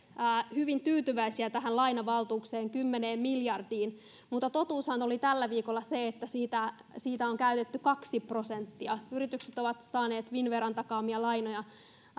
hyvin tyytyväisiä tähän lainavaltuuteen kymmeneen miljardiin mutta totuushan oli tällä viikolla se että siitä siitä on käytetty kaksi prosenttia yritykset ovat saaneet finnveran takaamia lainoja